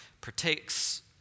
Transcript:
partakes